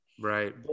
Right